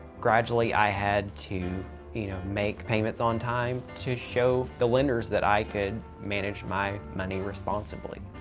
gradually, i had to you know make payments on time to show the lenders that i could manage my money responsibly.